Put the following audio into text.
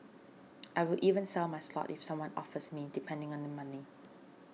I will even sell my slot if someone offers me depending on the money